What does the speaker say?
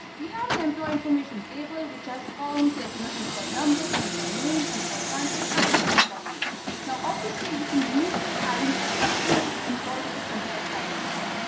we have an employer information table which has columns like, you know, employee number employee named employee country and the employee age now, obviously you can uniquely identify each and every employee with the employee id, right?